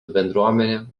bendruomenė